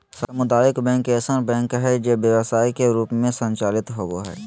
सामुदायिक बैंक ऐसन बैंक हइ जे व्यवसाय के रूप में संचालित होबो हइ